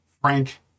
Frank